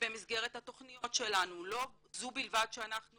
שבמסגרת התכניות שלנו, לא זו בלבד שאנחנו